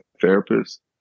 therapist